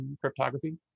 cryptography